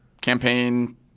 campaign